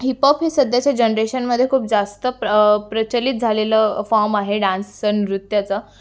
hip hop ही सध्याच्या जनरेशनमध्ये खूप जास्त प्र प्रचलित झालेलं फॉम आहे डान्सचं आणि नृत्याचं